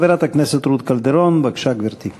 חברת הכנסת רות קלדרון, בבקשה, גברתי.